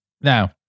now